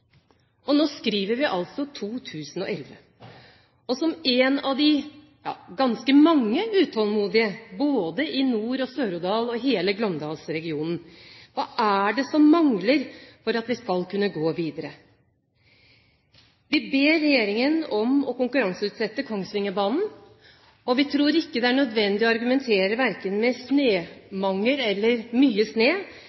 2002–2011. Nå skriver vi altså 2011, og som en av de ganske mange utålmodige, både i Nord- og i Sør-Odal og i hele Glåmdalsregionen, spør vi: Hva er det som mangler for at vi skal kunne gå videre? Vi ber regjeringen om å konkurranseutsette Kongsvingerbanen, og vi tror ikke det er nødvendig å argumentere verken med snemangel eller mye sne.